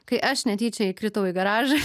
kai aš netyčia įkritau į garažą